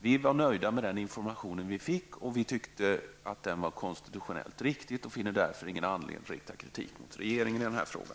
Vi var nöjda med den information som vi fick och tyckte att den var konstitutionellt riktig. Därför finner vi ingen anledning att rikta kritik mot regeringen i denna fråga.